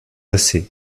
assez